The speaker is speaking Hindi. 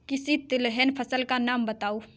किसी तिलहन फसल का नाम बताओ